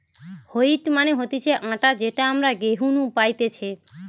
wheat মানে হতিছে আটা যেটা আমরা গেহু নু পাইতেছে